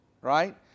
Right